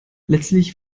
letztlich